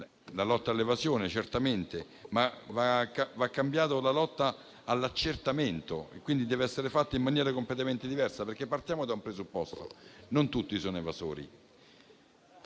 la lotta all'evasione; va cambiata la lotta all'accertamento che quindi deve essere fatta in maniera completamente diversa. Partiamo da un presupposto: non tutti sono evasori.